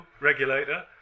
regulator